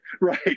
Right